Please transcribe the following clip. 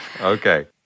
Okay